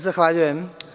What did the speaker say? Zahvaljujem.